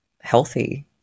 healthy